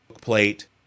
plate